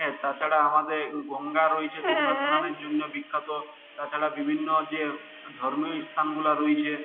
অ্যাঁ তাছাড়া আমাদের গঙ্গা রয়েছে গঙ্গা স্নানের জন্যে বিখ্যাত তাছাড়া বিভিন্ন যে ধর্মীয় স্থানগুলা রয়েছে